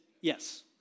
yes